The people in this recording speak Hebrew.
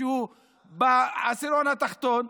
שהוא בעשירון התחתון,